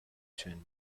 chin